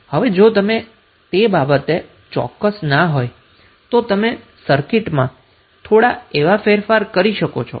હવે જો તમે તે બાબતે ચોક્કસ ના હોય તો તમે સર્કિટમાં અહી જેમ થોડા એવા ફેરફાર કરી શકો છો